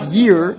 year